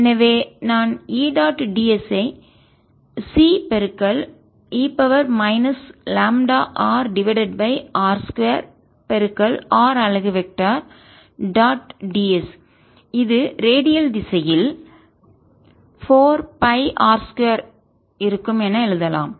எனவே நான் E dot d s ஐ C e λr divided by r 2 r அலகு வெக்டர் டாட் d s இது ரேடியல் திசையில் 4 pi r 2 இருக்கும் என எழுதலாம்